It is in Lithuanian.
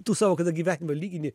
tu savo kada gyvenimą lygini